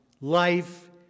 life